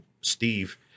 Steve